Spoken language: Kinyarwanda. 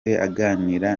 aganira